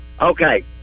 Okay